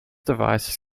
devices